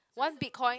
one Bitcoin